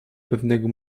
pewnego